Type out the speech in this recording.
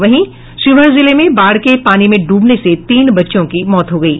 वहीं शिवहर जिले में बाढ़ के पानी में डूबने से तीन बच्चों की मौत हो गयी